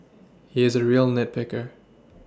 he is a real nit picker